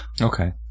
Okay